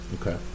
Okay